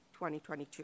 2022